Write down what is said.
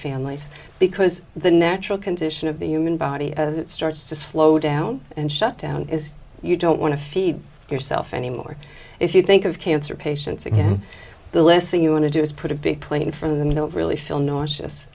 families because the natural condition of the human body as it starts to slow down and shut down is you don't want to feed yourself anymore if you think of cancer patients again the list thing you want to do is put a big plane from the minute really feel nauseous